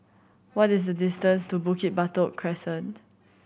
what is the distance to Bukit Batok Crescent